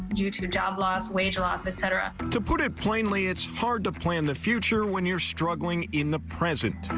due to job loss, wage loss, et cetera. reporter to put it plainly, it's hard to plan the future when you are struggling in the presents,